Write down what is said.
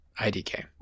idk